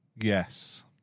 yes